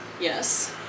Yes